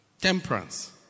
Temperance